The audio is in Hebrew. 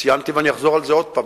וציינתי ואני אחזור על זה עוד פעם,